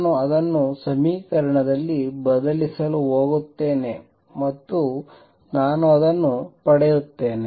ನಾನು ಅದನ್ನು ಸಮೀಕರಣದಲ್ಲಿ ಬದಲಿಸಲು ಹೋಗುತ್ತೇನೆ ಮತ್ತು ನಾನು ಅದನ್ನು ಪಡೆಯುತ್ತೇನೆ